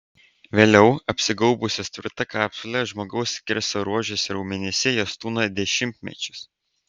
vėliau apsigaubusios tvirta kapsule žmogaus skersaruožiuose raumenyse jos tūno dešimtmečius